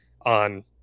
on